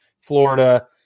Florida